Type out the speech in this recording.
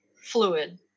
fluid